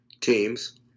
teams